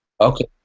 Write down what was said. Okay